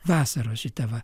vasaros šita va